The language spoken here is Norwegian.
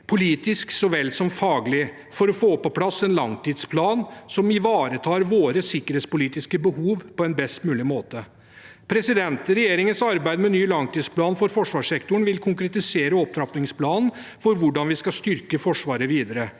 politisk så vel som faglig for å få på plass en langtidsplan som ivaretar våre sikkerhetspolitiske behov på en best mulig måte. Regjeringens arbeid med ny langtidsplan for forsvarssektoren vil konkretisere opptrappingsplanen for hvordan vi skal styrke Forsvaret videre.